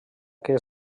que